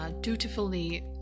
dutifully